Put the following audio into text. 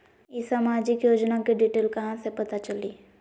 ई सामाजिक योजना के डिटेल कहा से पता चली?